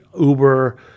Uber